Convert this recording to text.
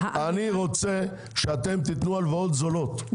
אני רוצה שאתם תיתנו הלוואות זולות, הבנת אותי?